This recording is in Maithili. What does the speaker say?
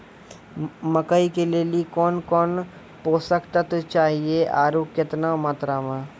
मकई के लिए कौन कौन पोसक तत्व चाहिए आरु केतना मात्रा मे?